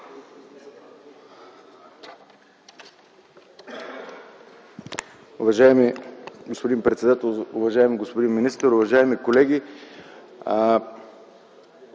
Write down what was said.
Уважаеми господин председател, уважаеми господин министър, уважаеми колеги!